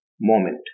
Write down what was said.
moment